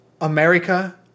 America